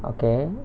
okay